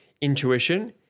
intuition